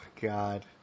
God